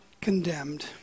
condemned